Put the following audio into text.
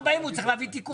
אני חושב שהם אנשים הגונים.